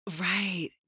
Right